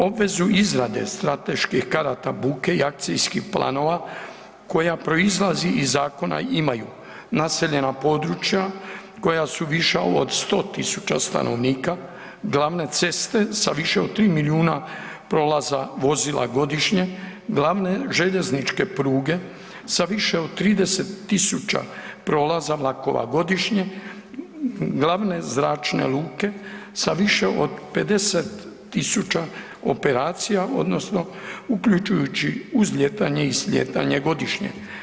Obvezu izradu strateških karata buke i akcijskih planova koja proizlazi iz zakona imaju naseljena područja koja su viša od 100.000 stanovnika, glavne ceste sa više od 3 milijuna prolaza vozila godišnje, glavne željezničke pruge sa više od 30.000 prolaza vlakova godišnje, glavne zračne luke sa više od 50.000 operacija odnosno uključujući uzlijetanje i slijetanje godišnje.